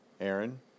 Aaron